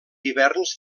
hiverns